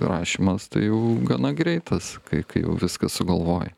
rašymas tai jau gana greitas kai kai jau viską sugalvoji